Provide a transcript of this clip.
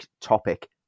topic